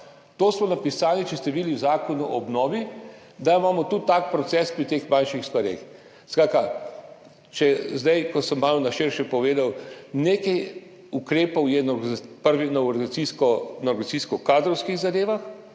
Smo napisali, če ste videli, v zakonu o obnovi, da imamo tudi tak proces pri teh manjših stvareh. Skratka, zdaj ko sem malo na širše povedal, nekaj ukrepov je, prvi na organizacijsko-kadrovskih zadevah,